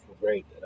great